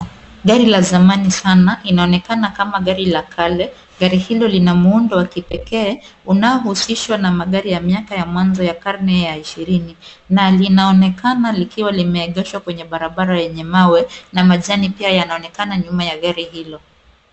Gari la zamani sana linaonekana kama gari la kale gari hilo lina muundo wa kipekee unahusishwa na magari ya miaka ya mwanzo ya karne ya ishirini na linaonekana likiwa limeegeshwa kwenye barabara yenye mawe na majani pia yanaonekana nyuma ya gari hilo.